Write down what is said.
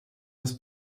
das